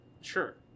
Sure